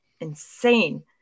insane